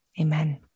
Amen